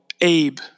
Abe